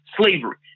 slavery